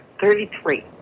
Thirty-three